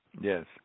yes